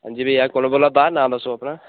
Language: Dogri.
हां जी भैया कु'न बोलै दा नांऽ दस्सो अपना